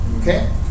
okay